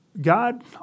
God